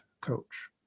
coach